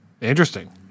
Interesting